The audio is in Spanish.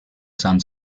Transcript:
san